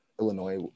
Illinois